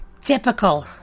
typical